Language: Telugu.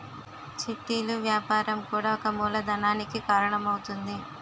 చిట్టీలు వ్యాపారం కూడా ఒక మూలధనానికి కారణం అవుతుంది